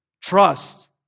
trust